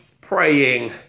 praying